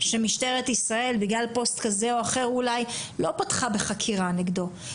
שמשטרת ישראל בגלל פוסט כזה או אחר אולי לא פתחה בחקירה נגדו.